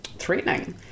threatening